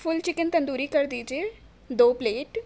فل chicken tandoori کر دیجیے دو پلیٹ